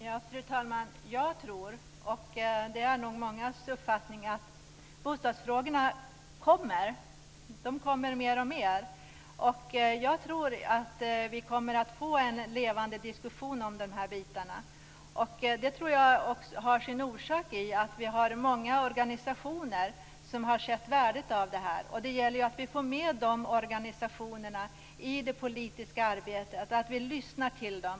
Fru talman! Jag tror - och det är nog mångas uppfattning - att bostadsfrågorna kommer mer och mer. Vi kommer att få en levande diskussion om de här bitarna. Det har sin orsak i att vi har många organisationer som har sett värdet av detta. Det gäller nu att vi får med de organisationerna i det politiska arbetet, och att vi lyssnar till dem.